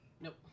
Nope